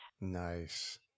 Nice